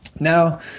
now